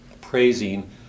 praising